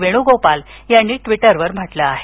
वेणुगोपाल यांनी ट्वीटरवर म्हटलं आहे